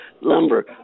lumber